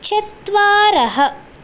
चत्वारः